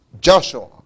Joshua